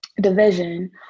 division